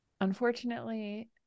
Unfortunately